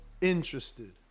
interested